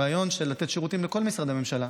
הרעיון הוא לתת שירותים לכל משרדי הממשלה.